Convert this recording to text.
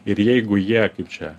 ir jeigu jie kaip čia